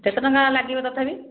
କେତେ ଟଙ୍କା ଲାଗିବ ତଥାପି